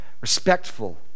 respectful